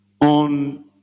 on